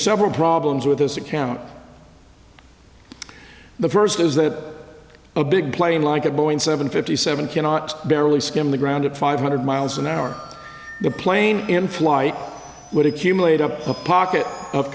several problems with this account the first is that a big plane like a boeing seven fifty seven cannot barely skim the ground at five hundred miles an hour the plane in flight would accumulate up a pocket of